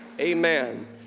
Amen